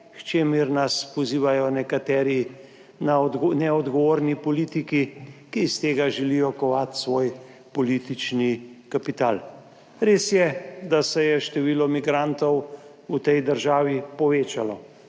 čemur nas pozivajo nekateri na neodgovorni politiki, ki iz tega želijo kovati svoj politični kapital. Res je, da se je število migrantov v tej državi povečalo,